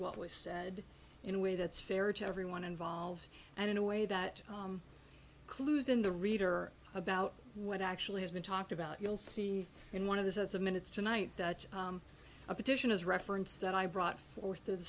what was said in a way that's fair to everyone involved and in a way that clues in the reader about what actually has been talked about you'll see in one of the sets of minutes tonight that a petition is reference that i brought forth to the